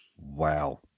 Wow